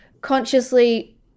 consciously